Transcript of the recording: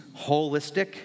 holistic